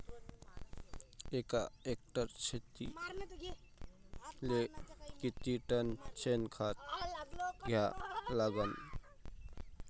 एका एकर शेतीले किती टन शेन खत द्या लागन?